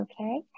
okay